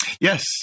Yes